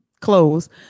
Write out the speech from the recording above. clothes